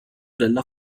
della